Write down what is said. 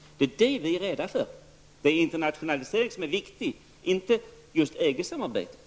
Det är detta vi är rädda för. Det är internationaliseringen som är det viktiga, inte just EG-samarbetet.